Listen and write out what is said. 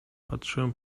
patrzyłem